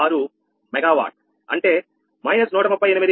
6 megawatt అంటే−138